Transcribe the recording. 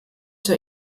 zur